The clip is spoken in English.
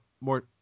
more